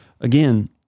again